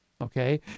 okay